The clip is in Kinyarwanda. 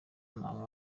nta